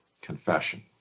confession